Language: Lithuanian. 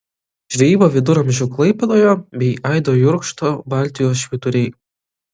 žvejyba viduramžių klaipėdoje bei aido jurkšto baltijos švyturiai